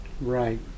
Right